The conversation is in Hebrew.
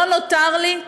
לא נותר לי,